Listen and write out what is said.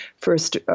first –